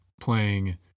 playing